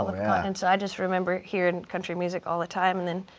and ah and so i just remember hearing country music all the time. and then,